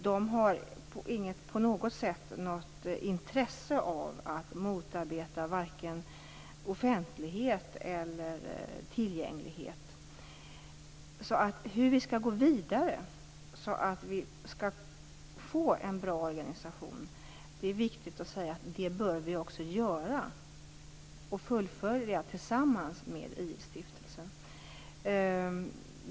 De har inte på något sätt något intresse av att motarbeta vare sig offentlighet eller tillgänglighet. När det gäller hur vi skall gå vidare så att vi får en bra organisation är det viktigt att säga att vi bör fullfölja detta tillsammans med II-stiftelsen.